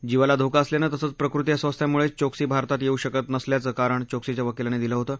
जिवाला धोका असल्यानं तसंच प्रकृती अस्वास्थ्यामुळे चोक्सी भारतात येऊ शकत नसल्याचं कारण चोक्सीच्या वकीलांनी दिलं होतं